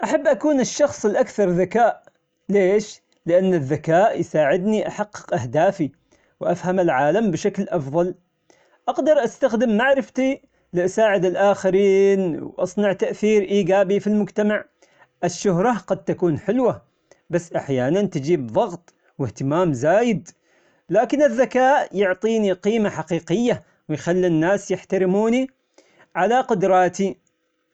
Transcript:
أحب أكون الشخص الأكثر ذكاء، ليش؟ لأن الذكاء يساعدني أحقق أهدافي، وأفهم العالم بشكل أفضل، أقدر أستخدم معرفتي لأساعد الآخرين وأصنع تأثير إيجابي في المجتمع. الشهرة قد تكون حلوة، بس أحيانا تجيب ضغط وإهتمام زايد، لكن الذكاء يعطيني قيمة حقيقية ويخلي الناس يحترموني على قدراتي.